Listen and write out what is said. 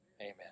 amen